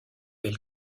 elle